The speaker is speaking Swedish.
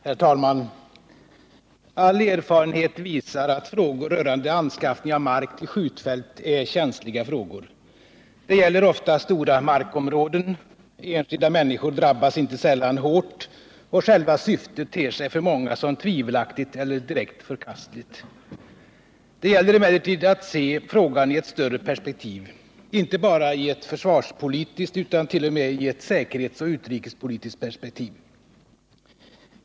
Herr talman! All erfarenhet visar att frågor rörande anskaffning av mark till skjutfält är känsliga frågor. Det gäller ofta stora markområden, enskilda människor drabbas inte sällan hårt, och själva syftet ter sig för många som tvivelaktigt eller direkt förkastligt. Det gäller emellertid att se frågan i ett större perspektiv — inte bara i ett försvarspolitiskt utan t.o.m. i ett säkerhetsoch utrikespolitiskt perspektiv.